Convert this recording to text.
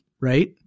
right